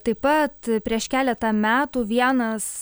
taip pat prieš keletą metų vienas